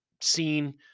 seen